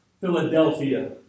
Philadelphia